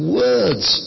words